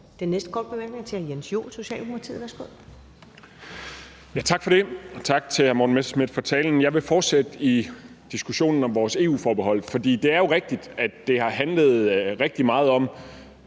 Den næste korte bemærkning er til hr. Jens Joel, Socialdemokratiet. Værsgo. Kl. 16:36 Jens Joel (S) : Tak for det, og tak til hr. Morten Messerschmidt for talen. Jeg vil fortsætte med diskussionen om vores EU-forbehold, for det er jo rigtigt, at det rigtig meget har